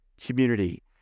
community